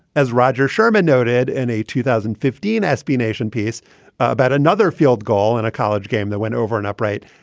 as roger sherman noted in a two thousand and fifteen sb nation piece about another field goal in a college game that went over an upright.